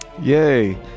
Yay